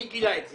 מי גילה את זה?